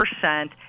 percent